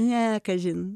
ne kažin